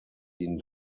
ihn